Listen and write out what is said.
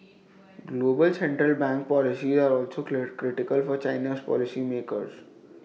global central bank policies are also clear critical for China's policy makers